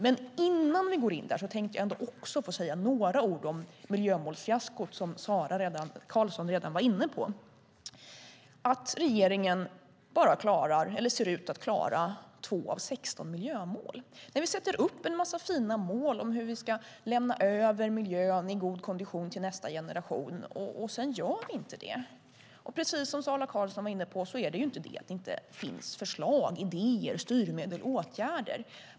Men innan vi går in där tänkte jag få säga några ord om miljömålsfiaskot, som Sara Karlsson redan har varit inne på. Regeringen ser ut att klara bara 2 av 16 miljömål. Vi sätter upp en massa fina mål om hur vi ska lämna över miljön i god kondition till nästa generation, och sedan gör vi inte det. Precis som Sara Karlsson var inne på beror det inte på att det inte finns förslag, idéer, styrmedel och åtgärder.